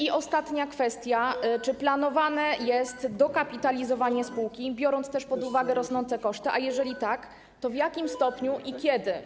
I ostatnia kwestia: Czy planowane jest dokapitalizowanie spółki, biorąc też pod uwagę rosnące koszty, a jeżeli tak, to w jakim stopniu i kiedy?